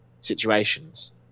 situations